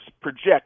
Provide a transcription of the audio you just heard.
project